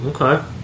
Okay